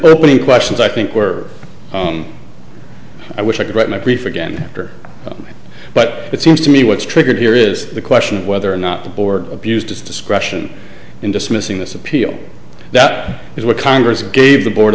opening questions i think were i wish i could write my brief again after but it seems to me what's triggered here is the question of whether or not the board abused its discretion in dismissing this appeal that is what congress gave the board